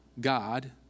God